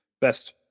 Best